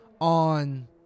on